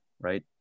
right